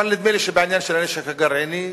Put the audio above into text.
אבל נדמה לי שבעניין של הנשק הגרעיני,